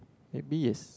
maybe yes